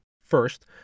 First